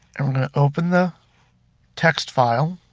i'm going to open the text file.